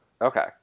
Okay